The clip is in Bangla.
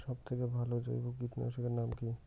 সব থেকে ভালো জৈব কীটনাশক এর নাম কি?